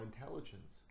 intelligence